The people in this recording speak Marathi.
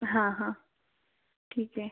हां हां ठीक आहे